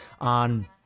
on